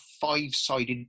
five-sided